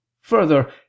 Further